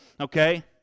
Okay